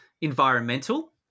environmental